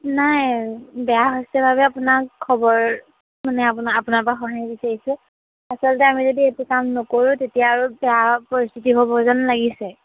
নাই বেয়া হৈছে বাবে আপোনাক খবৰ মানে আপোনাৰ আপোনাৰ পৰা সহায় বিচাৰিছোঁ আচলতে আমি যদি এইটো কাম নকৰোঁ তেতিয়া আৰু বেয়া পৰিস্থিতি হ'ব যেন লাগিছে